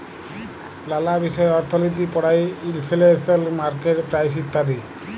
লালা বিষয় অর্থলিতি পড়ায়ে ইলফ্লেশল, মার্কেট প্রাইস ইত্যাদি